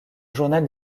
journal